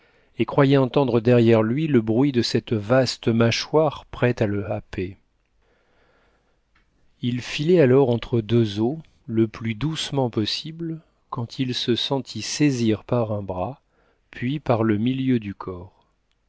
et croyait entendre derrière lui le bruit de cette vaste mâchoire prête à le happer il filait alors entre deux eaux le plus doucement possible quand il se sentit saisir par un bras puis par le milieu du corps